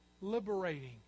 liberating